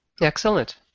Excellent